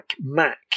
Mac